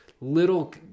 little